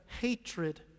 hatred